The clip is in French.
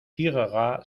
durera